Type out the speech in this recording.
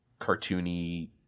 cartoony